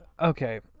okay